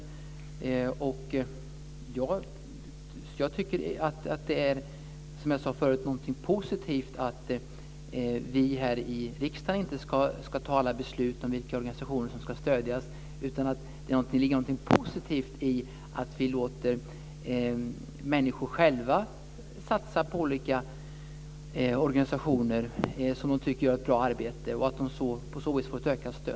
Som jag sade förut tycker jag att det är någonting positivt att vi här i riksdagen inte ska ta alla beslut om vilka organisationer som ska stödjas, utan att vi låter människor själva satsa på olika organisationer som de tycker gör ett bra arbete och som på så vis får ett bra stöd.